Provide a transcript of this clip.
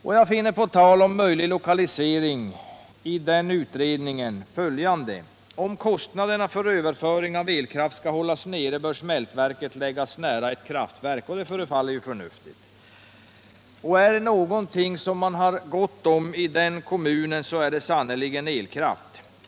Jag finner på tal om möjlig lokalisering följande i utredningen: ”Om kostnaderna för överföring av elkraft skall hållas nere bör smältverket läggas nära ett kraftverk.” Det förefaller ju förnuftigt. Och är det något man hargott om iden kommunen, så är det sannerligen elkraft.